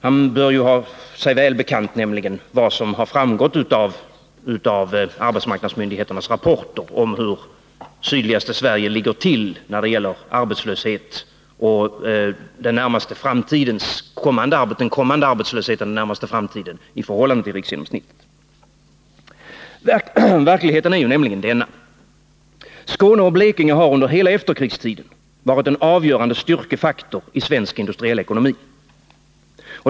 Han bör nämligen ha sig väl bekant vad som framgått av arbetsmarknadsmyndigheternas rapporter om hur sydligaste Sverige ligger till när det gäller arbetslöshet just nu och beträffande den närmast kommande arbetslösheten i förhållande till riksgenomsnittet. Verkligheten är nämligen denna. Skåne och Blekinge har under hela efterkrigstiden varit en avgörande styrkefaktor i svensk industriell ekonomi.